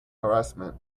harassment